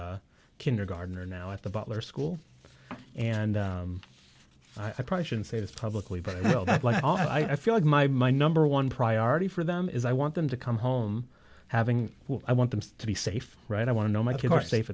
kindergartener now at the butler school and i probably shouldn't say this publicly but i feel that like i feel like my my number one priority for them is i want them to come home having i want them to be safe right i want to know my kids are safe